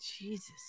jesus